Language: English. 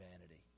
vanity